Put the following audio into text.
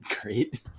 great